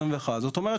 זאת אומרת,